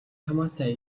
хамаатай